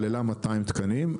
כללה 200 תקנים,